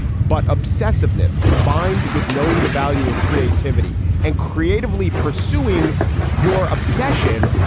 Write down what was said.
but obsessiveness, combined with knowing the value of creativity and creatively pursuing your obsession.